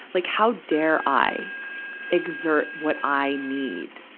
like how dare i exert what i need?